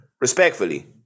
respectfully